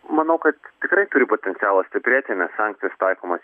manau kad tikrai turi potencialo stiprėti nes sankcijos taikomos